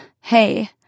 hey